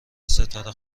ستاره